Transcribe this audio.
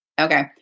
Okay